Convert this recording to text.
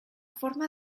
forma